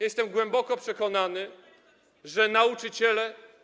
Jestem głęboko przekonany, że nauczyciele.